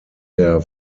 der